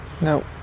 No